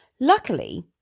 Luckily